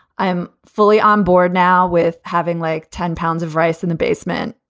i am fully onboard now with having like ten pounds of rice in the basement,